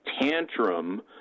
tantrum